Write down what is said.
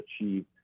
achieve